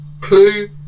Clue